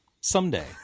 someday